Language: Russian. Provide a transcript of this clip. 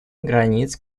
границ